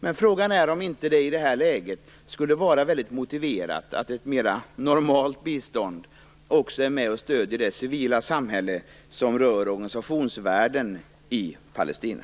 Men frågan är om det inte i det här läget skulle vara mycket motiverat att ett mer normalt bistånd också är med och stöder det civila samhälle som rör organisationsvärlden i Palestina.